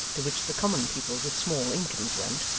to which the common people with small incomes went.